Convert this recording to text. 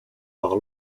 par